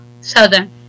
southern